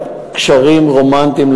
קשרים רומנטיים,